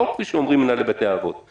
לא כפי שאומרים מנהלי בתי האבות.